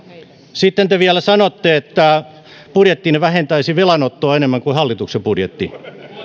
sitten te vielä sanotte että budjettinne vähentäisi velanottoa enemmän kuin hallituksen budjetti